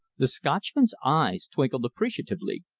the scotchman's eyes twinkled appreciatively.